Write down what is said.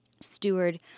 steward